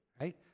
Right